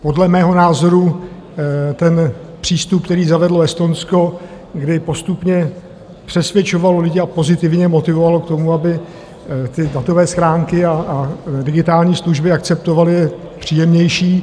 Podle mého názoru přístup, který zavedlo Estonsko, kdy postupně přesvědčovalo lidi a pozitivně je motivovalo k tomu, aby datové schránky a digitální služby akceptovali, je příjemnější.